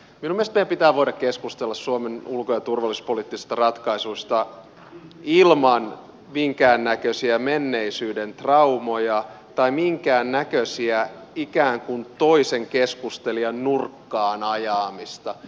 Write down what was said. minun mielestäni meidän pitää voida keskustella suomen ulko ja turvallisuuspoliittisista ratkaisusta ilman minkäännäköisiä menneisyyden traumoja tai minkäännäköistä ikään kuin toisen keskustelijan nurkkaan ajamista